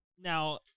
Now